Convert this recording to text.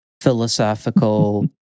philosophical